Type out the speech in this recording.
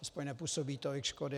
Aspoň nepůsobí tolik škody.